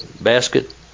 basket